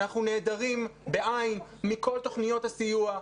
אנחנו נעדרים מכל תוכניות הסיוע.